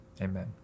amen